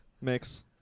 mix